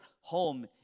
home